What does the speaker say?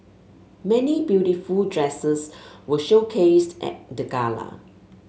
many beautiful dresses were showcased at the gala